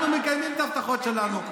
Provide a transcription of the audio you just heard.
אנחנו מקיימים את ההבטחות שלנו,